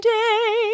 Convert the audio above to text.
day